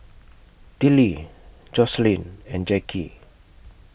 Tillie Joslyn and Jackie